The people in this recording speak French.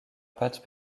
pat